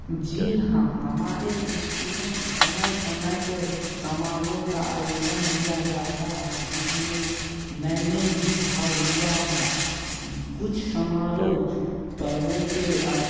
जी हाँ हमारे स्कूलों में समय समय पर समारोह का आयोजन किया जाता है जिसमें मैंने भी भाग लिया है कुछ समारोह प्रभु के